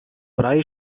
brei